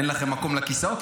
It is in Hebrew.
אין לכם מקום לכיסאות,